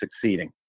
succeeding